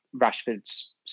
Rashford's